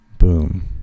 Boom